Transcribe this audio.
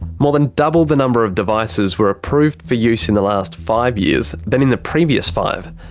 more than double the number of devices were approved for use in the last five years than in the previous five.